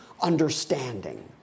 understanding